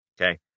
Okay